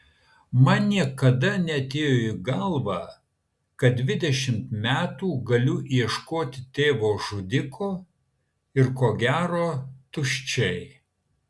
man niekada neatėjo į galvą kad dvidešimt metų galiu ieškoti tėvo žudiko ir ko gero tuščiai